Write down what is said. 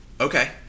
Okay